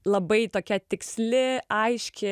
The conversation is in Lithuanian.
labai tokia tiksli aiški